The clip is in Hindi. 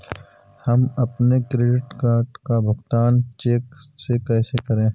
हम अपने क्रेडिट कार्ड का भुगतान चेक से कैसे करें?